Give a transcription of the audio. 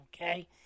Okay